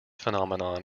phenomenon